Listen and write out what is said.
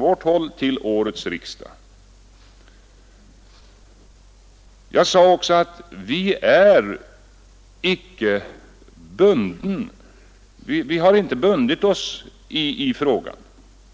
vårt håll till årets riksdag. Jag sade också att vi har inte bundit oss i frågan.